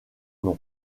nom